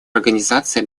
организации